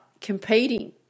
competing